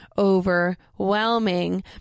Overwhelming